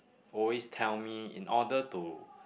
always tell me in order to